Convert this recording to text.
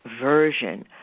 version